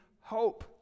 hope